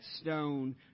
stone